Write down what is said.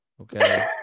Okay